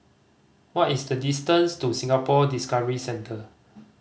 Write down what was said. what is the distance to Singapore Discovery Centre